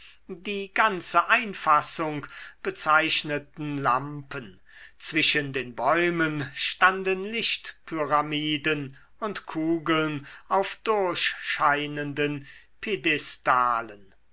die ganze einfassung bezeichneten lampen zwischen den bäumen standen lichtpyramiden und kugeln auf durchscheinenden